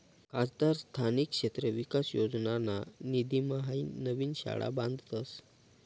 खासदार स्थानिक क्षेत्र विकास योजनाना निधीम्हाईन नवीन शाळा बांधतस